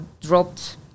dropped